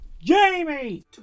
Jamie